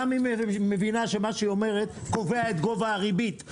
גם היא מבינה שמה שהיא אומרת קובע את גובה הריבית,